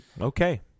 Okay